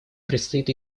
предстоит